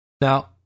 Now